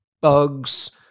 bugs